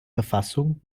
verfassung